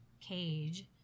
cage